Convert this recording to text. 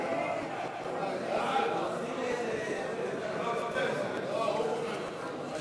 ההסתייגויות לסעיף 41, רשות ממשלתית למים,